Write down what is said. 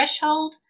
threshold